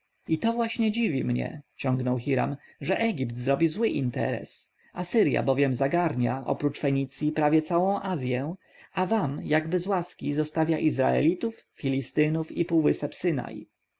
i to właśnie dziwi mnie ciągnął hiram że egipt zrobi zły interes asyrja bowiem zagarnia oprócz fenicji prawie całą azję a wam jakby z łaski zostawia izraelitów filistynów i półwysep synai